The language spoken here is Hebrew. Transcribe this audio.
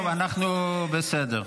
טוב, בסדר.